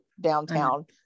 downtown